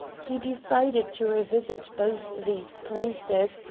he decided to revisit both these places,